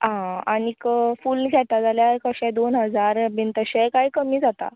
आं आनीक फूल घेता जाल्यार कशें दोन हजार बी तशे कांय कमी जाता